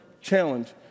challenge